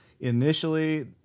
Initially